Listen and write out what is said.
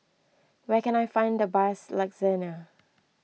where can I find the bus Lagsana